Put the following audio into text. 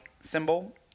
symbol